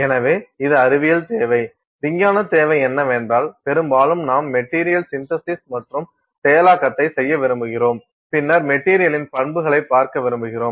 எனவே இது அறிவியல் தேவை விஞ்ஞான தேவை என்னவென்றால் பெரும்பாலும் நாம் மெட்டீரியல் சின்தசிஸ் மற்றும் செயலாக்கத்தை செய்ய விரும்புகிறோம் பின்னர் மெட்டீரியலின் பண்புகளைப் பார்க்க விரும்புகிறோம்